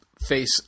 face